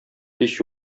һич